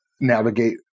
navigate